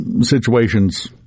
situations